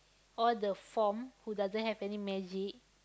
all the form who doesn't have any magic